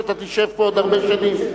שאתה תשב פה עוד הרבה שנים.